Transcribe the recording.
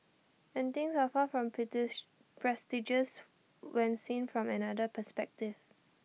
and things are far from prestigious when seen from another perspective